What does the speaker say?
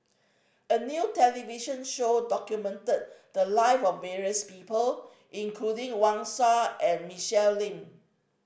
a new television show documented the live of various people including Wang Sha and Michelle Lim